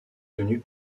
tenus